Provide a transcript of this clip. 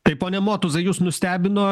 tai pone motuzai jus nustebino